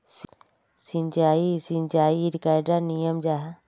सिंचाई सिंचाईर कैडा नियम जाहा?